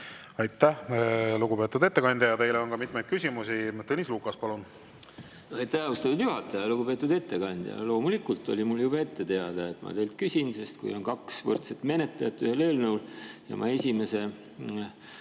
Aitäh, lugupeetud ettekandja! Teile on ka mitmeid küsimusi. Tõnis Lukas, palun! Aitäh, austatud juhataja! Lugupeetud ettekandja! Loomulikult oli mul juba ette teada, et ma teilt küsin, sest kui on kaks võrdset menetlejat ühel eelnõul ja ma esimese